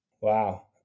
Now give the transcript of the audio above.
Wow